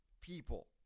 people